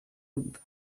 lube